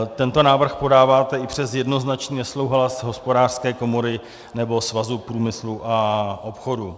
Tento návrh podáváte i přes jednoznačný nesouhlas Hospodářské komory nebo Svazu průmyslu a obchodu.